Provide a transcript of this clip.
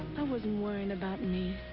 i wasn't worrying about me.